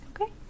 okay